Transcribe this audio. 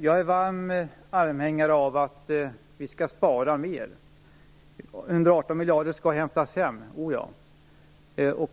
Jag är varm anhängare av att vi skall spara mer. 118 miljarder skall hämtas hem.